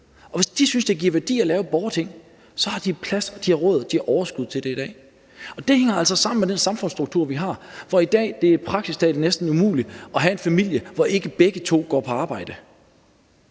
i civilsamfundet synes, det giver værdi at lave et borgerting, så har de plads, råd og overskud til det i dag. Og det hænger altså sammen med den samfundsstruktur, vi har, hvor det i dag næsten er praktisk talt umuligt at have en familie, hvor ikke begge to går på arbejde,